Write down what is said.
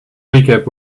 recap